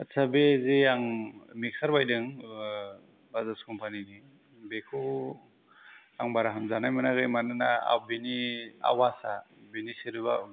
आच्चा बे जे आं मिक्सार बायदों बाजाज कम्पानिनि बेखौ आं बारा हामजानाय मोनाखै मानोना आं बिनि आवाजआ बिनि सोदोबा